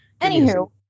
Anywho